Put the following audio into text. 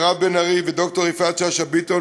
מירב בן ארי וד"ר יפעת שאשא ביטון,